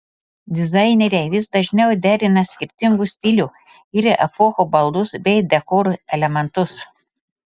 dizaineriai vis dažniau derina skirtingų stilių ir epochų baldus bei dekoro elementus